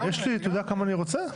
אתה יודע כמה אני רוצה?